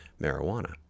marijuana